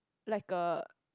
like a